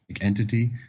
entity